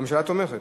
הממשלה תומכת.